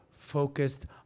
focused